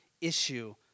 issue